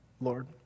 Lord